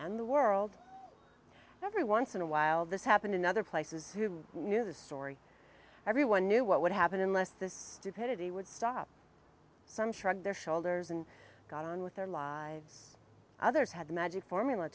and the world every once in a while this happened in other places who knew the story everyone knew what would happen unless this stupidity would stop some shrugged their shoulders and got on with their lives others had the magic formula